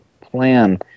plan